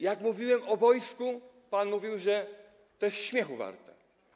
Jak mówiłem o wojsku, to pan mówił, że to jest śmiechu warte.